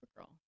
Supergirl